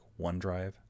OneDrive